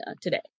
today